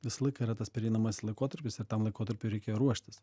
visą laiką yra tas pereinamas laikotarpis ir tam laikotarpiui reikia ruoštis